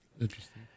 interesting